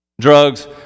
Drugs